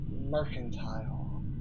Mercantile